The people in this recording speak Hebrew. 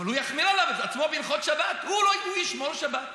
אבל הוא יחמיר על עצמו בהלכות שבת, הוא ישמור שבת.